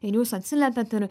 ir jūs atsiliepiat ir